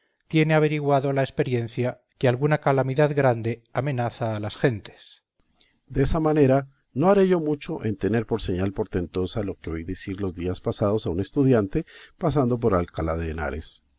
tiene averiguado la experiencia que alguna calamidad grande amenaza a las gentes berganza desa manera no haré yo mucho en tener por señal portentosa lo que oí decir los días pasados a un estudiante pasando por alcalá